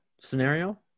scenario